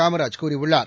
காமராஜ் கூறியுள்ளார்